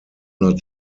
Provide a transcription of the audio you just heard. not